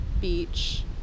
beach